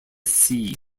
sea